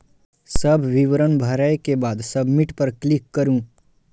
सब विवरण भरै के बाद सबमिट पर क्लिक करू